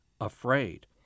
afraid